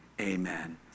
amen